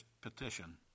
petition